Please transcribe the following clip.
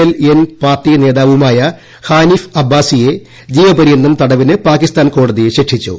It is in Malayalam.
എൽ എൻ പ്യർട്ടി നേതാവുമായ ഹാനീഫ് അബ്ബാസിയെ ജീവപര്യന്തം തടവിന് പാടകിസ്ഥാൻ കോടതി ശിക്ഷിച്ചു